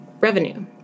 revenue